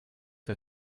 der